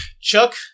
Chuck